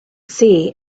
see